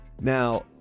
Now